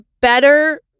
better